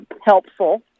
helpful